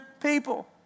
people